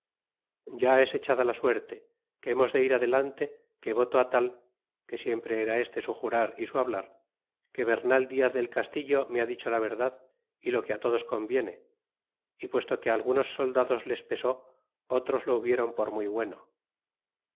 ya es echada la suerte que hemos de ir adelante que voto tal que siempre era este su jurar y su hablar que bernal haz del castillo me ha dicho la verdad y lo que todos conviene y puesto que algunos soldados les pesó otros lo hubiéron por muy bueno